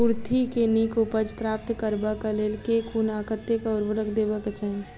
कुर्थी केँ नीक उपज प्राप्त करबाक लेल केँ कुन आ कतेक उर्वरक देबाक चाहि?